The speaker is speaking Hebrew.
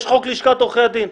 יש חוק לשכת עורכי הדין,